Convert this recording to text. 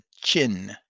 chin